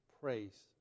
praise